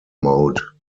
mode